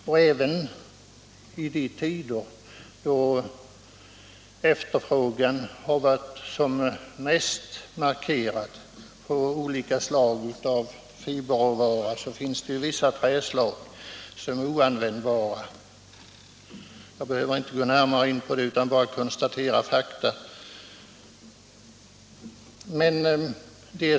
Och även i de tider då efterfrågan på olika sorters fiberråvara är som mest markerad är vissa träslag oanvändbara; jag behöver inte gå närmare in på det utan konstaterar bara faktum.